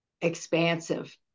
expansive